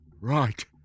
Right